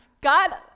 God